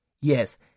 Yes